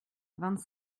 vingt